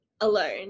alone